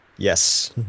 Yes